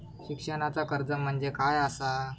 शिक्षणाचा कर्ज म्हणजे काय असा?